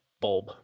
bulb